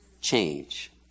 change